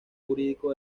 jurídico